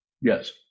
Yes